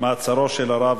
מעצרו של הרב